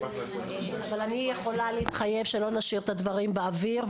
אבל אני יכולה להתחייב שלא נשאיר את הדברים באוויר,